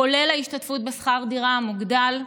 כולל ההשתתפות בשכר דירה המוגדל,